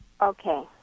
Okay